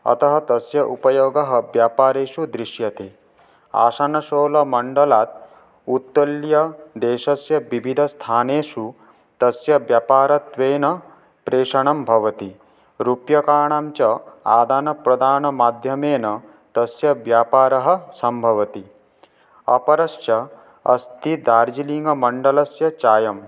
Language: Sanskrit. अतः तस्य उपयोगः व्यापारेषु दृश्यते आशानुशोलमण्डलात् उत्तोल्य देशस्य विविधस्थानेषु तस्य व्यापारत्वेन प्रेषणं भवति रूप्यकाणाञ्च आदानप्रदानमाध्यमेन तस्य व्यापारः सम्भवति अपरश्च अस्ति दार्जिलिङ्ग् मण्डलस्य चायं